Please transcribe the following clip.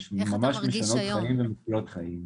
ממש משנות חיים ומצילות חיים.